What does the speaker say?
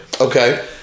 Okay